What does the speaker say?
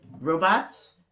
Robots